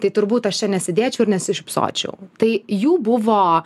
tai turbūt aš čia nesėdėčiau ir nesišypsočiau tai jų buvo